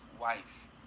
wife